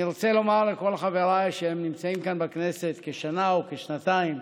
אני רוצה לומר לכל חבריי שנמצאים כאן בכנסת כשנה או כשנתיים: